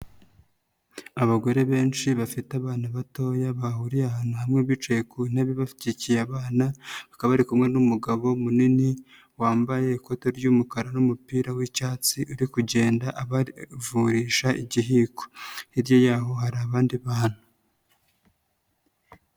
Abagore benshi bafite abana batoya bahuriye ahantu hamwe bicaye ku ntebe bashyigikiye abana bakaba bari kumwe n'umugabo munini wambaye ikoti ry'umukara n'umupira w'icyatsi uri kugenda abavurisha igihiko, hirya y'aho hari abandi bantu.